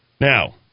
Now